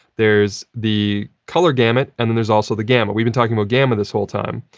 there's the colour gamut and then there's also the gamma. we've been talking about gamma this whole time.